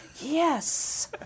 yes